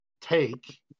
take